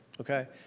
okay